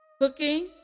cooking